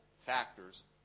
factors